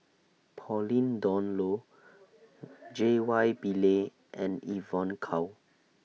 Pauline Dawn Loh J Y Pillay and Evon Kow